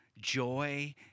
Joy